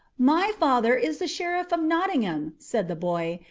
my father is the sheriff of nottingham, said the boy,